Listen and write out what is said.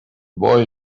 boy